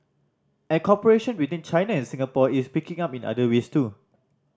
and cooperation between China and Singapore is picking up in other ways too